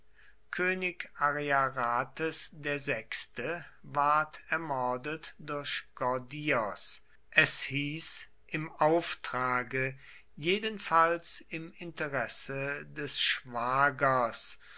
könig ariarathes vi ward ermordet durch gordios es hieß im auftrage jedenfalls im interesse des schwagers